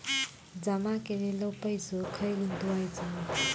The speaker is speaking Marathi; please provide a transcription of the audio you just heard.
जमा केलेलो पैसो खय गुंतवायचो?